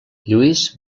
lluís